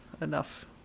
enough